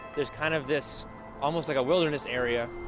there's kind of this almost like a wilderness area.